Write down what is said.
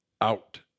out